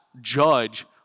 judge